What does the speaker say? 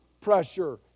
pressure